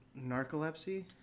narcolepsy